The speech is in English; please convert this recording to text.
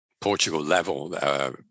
Portugal-level